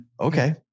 okay